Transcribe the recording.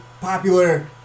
popular